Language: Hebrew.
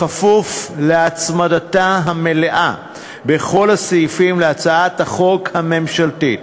בכפוף להצמדתה המלאה בכל הסעיפים להצעת החוק הממשלתית.